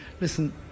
listen